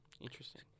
Interesting